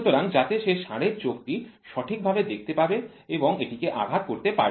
সুতরাং যাতে সে ষাঁড়ের চোখটি সঠিকভাবে দেখতে পাবে এবং এটিকে আঘাত করতে পারবে